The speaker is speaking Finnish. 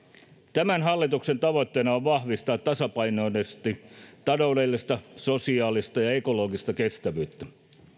tämän hallituksen tavoitteena on vahvistaa tasapainoisesti taloudellista sosiaalista ja ekologista kestävyyttä